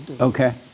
Okay